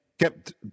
kept